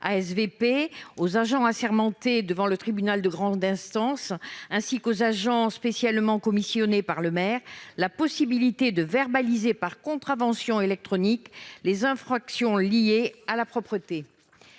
ASVP, aux agents assermentés devant le tribunal de grande instance et aux agents spécialement commissionnés par le maire de verbaliser par contraventions électroniques les infractions liées à la propreté.